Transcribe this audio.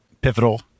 pivotal